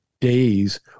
days